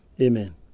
Amen